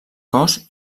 cos